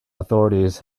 authorities